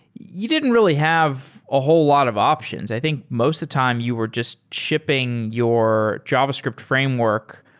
you didn't really have a whole lot of options. i think most the time you were just shipping your javascript framework,